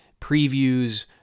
previews